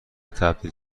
تبدیل